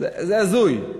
זה הזוי,